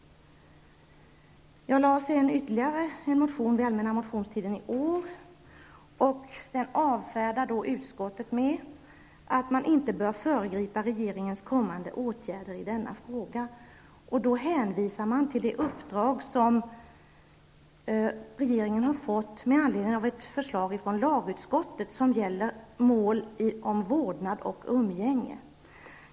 Jag väckte sedan ytterligare en motion under den allmänna motionstiden i år. Utskottet avfärdade motionen med att man inte bör föregripa regeringens kommande åtgärder i denna fråga. Utskottet hänvisade till det uppdrag som regeringen har fått med anledning av ett förslag från lagutskottet, som gäller mål om vårdnad och umgänge.